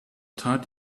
tat